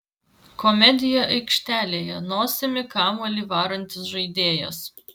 komedija aikštelėje nosimi kamuolį varantis žaidėjas